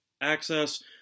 access